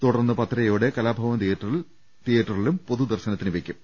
തുടർന്ന് പത്തരയോടെ കലാഭ വൻ തിയേറ്ററിൽ പൊതുദർശനത്തിനും വെയ്ക്കും